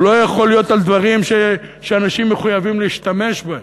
הוא לא יכול להיות על דברים שאנשים מחויבים להשתמש בהם.